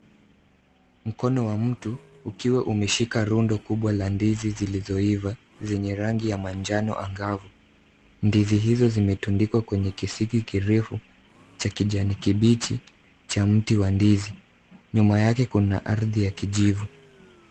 Mkono wa mtu ukiwa umeshika rundo kubwa la ndizi zilizoiva, zenye rangi ya manjano angavu. Ndizi hizo zimetundikwa kwenye kisiki kirefu cha kijani kibichi cha mti wa ndizi. Nyuma yake kuna ardhi ya kijivu.